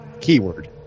keyword